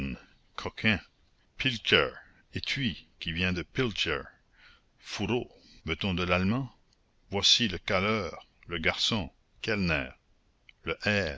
coquin pilcker étui qui vient de pilcher fourreau veut-on de l'allemand voici le caleur le garçon kellner le hers